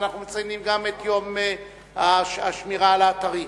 ואנחנו מציינים גם את יום השמירה על האתרים.